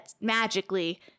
magically